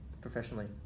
professionally